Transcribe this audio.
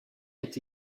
est